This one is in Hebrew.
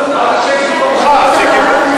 מי שלא ישב אני מוציאה אותו.